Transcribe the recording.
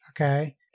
Okay